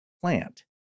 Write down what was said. plant